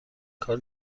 کار